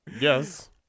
Yes